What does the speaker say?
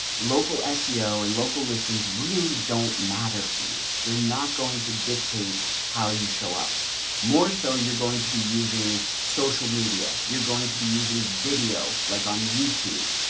local seo and local listings really don't matter for you. they're not going to dictate how you show up more. so you're going to be using social media, you're going to be using video, like on youtube,